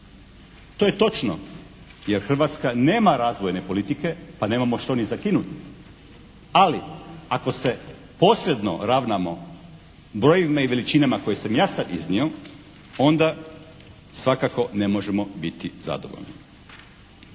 To je točno, jer Hrvatska nema razvojne politike, pa nemamo što ni zakinuti. Ali, ako se posebno ravnamo brojevima i veličinama koje sam ja sad iznio onda svakako ne možemo biti zadovoljni.